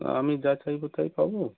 আমি যা চাইব তাই পাব